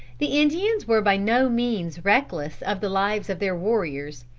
the indians were by no means reckless of the lives of their warriors,